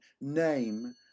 name